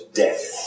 death